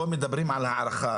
אבל פה מדברים על הערכה.